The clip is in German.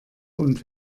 und